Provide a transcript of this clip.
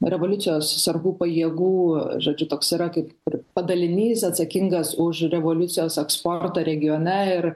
revoliucijos sargų pajėgų žodžiu toks yra kaip ir padalinys atsakingas už revoliucijos eksportą regione ir